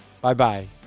Bye-bye